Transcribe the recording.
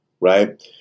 right